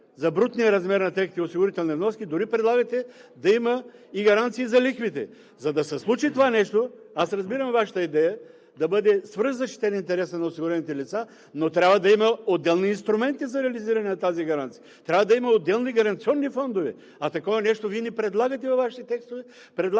за брутния размер на техните осигурителни вноски. Дори предлагате да има и гаранции за лихвите. За да се случи това нещо, аз разбирам Вашата идея да бъде свръхзащитен интересът на осигурените лица, но трябва да има отделни инструменти за реализиране на тази гаранция. Трябва да има отделни гаранционни фондове, а такова нещо Вие не предлагате във Вашите текстове.